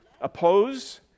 Oppose